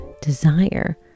desire